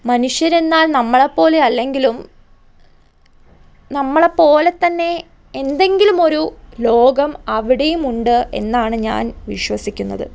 മനുഷ്യരെന്നാൽ നമ്മളെപ്പോലെ അല്ലെങ്കിലും നമ്മളെപ്പോലെത്തന്നെ എന്തെങ്കിലും ഒരു ലോകം അവിടെയും ഉണ്ട് എന്നാണ് ഞാൻ വിശ്വസിക്കുന്നത്